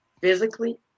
physically